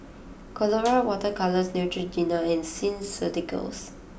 Colora Water Colours Neutrogena and Skin Ceuticals